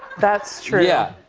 that's true. yeah.